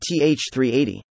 TH380